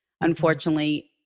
Unfortunately